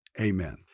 amen